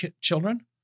children